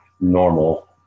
normal